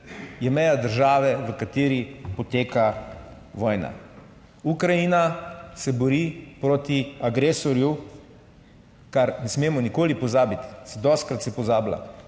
je meja države, v kateri poteka vojna. Ukrajina se bori proti agresorju, česar ne smemo nikoli pozabiti. Dostikrat se pozablja,